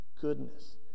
goodness